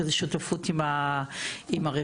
שזו שותפות עם הרווחה.